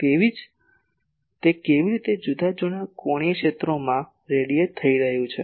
તેથી તે કેવી રીતે જુદા જુદા કોણીય ક્ષેત્રોમાં રેડીયેટ થઇ રહ્યું છે